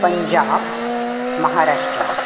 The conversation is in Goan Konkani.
पंजाब महाराष्ट्रा